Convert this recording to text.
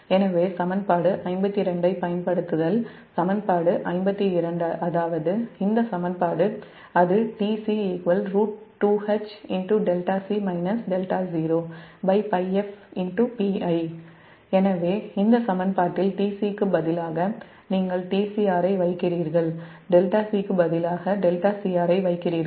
எனவே சமன்பாடு 52 ஐப் பயன்படுத்துதல் அதாவது இந்த சமன்பாடு அது எனவே இந்த சமன்பாட்டில் tc க்கு பதிலாக நீங்கள் tcr ஐ வைக்கிறீர்கள் δc க்கு பதிலாக δcr ஐ வைக்கிறீர்கள்